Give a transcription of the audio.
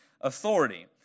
authority